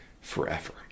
forever